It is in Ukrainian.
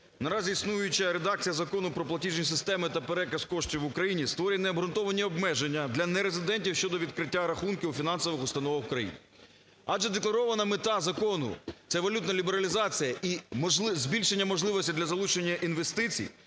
наразі існуюча редакція Закону "Про платіжні системи та переказ коштів в Україні" створює необґрунтовані обмеження для нерезидентів щодо відкриття рахунків у фінансових установах України. Адже декларована мета закону – це валютна лібералізація і збільшення можливості для залучення інвестицій,